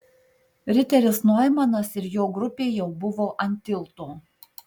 riteris noimanas ir jo grupė jau buvo ant tilto